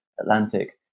Atlantic